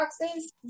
boxes